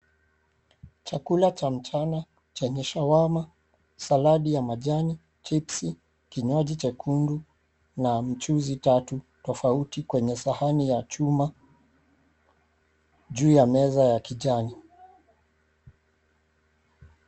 Chakula cha mchana na kinywaji kwenye sahani ya chuma juu ya meza.